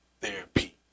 therapy